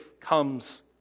comes